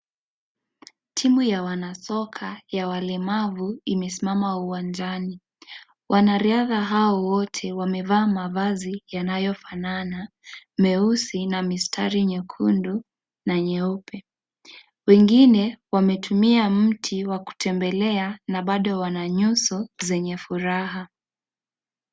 Timu ya wanasoka ya walemavu imesimama uwanjani Wanariadha hao wote wamevaa mavazi yanayofanana, meusi na mistari nyekundu na nyeupe. Wengine wametumia mti wa kutembelea na bado wana nyuso zenye furaha.